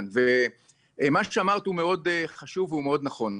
מה שאמרת הוא מאוד חשוב ונכון.